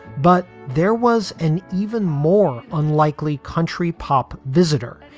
but there was an even more unlikely country pop visitor,